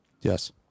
yes